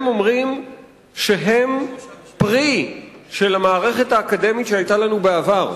הם אומרים שהם פרי של המערכת האקדמית שהיתה לנו בעבר.